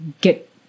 get